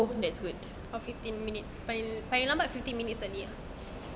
or fifteen minutes paling paling lambat fifteen minutes early ah